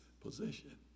position